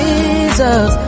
Jesus